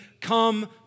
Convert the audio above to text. come